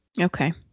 Okay